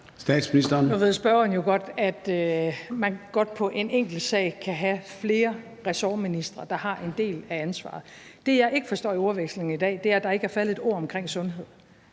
Nu ved spørgeren jo godt, at man godt på en enkelt sag kan have flere ressortministre, der har en del af ansvaret. Det, jeg ikke forstår i ordvekslingen i dag, er, at der ikke er faldet ét ord om sundhed.